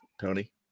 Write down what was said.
Tony